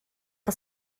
que